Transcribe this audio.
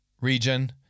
region